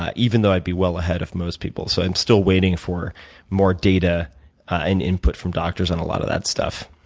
ah even though i'd be well ahead of most people. so i'm still waiting for more data and input from doctors on a lot of that stuff.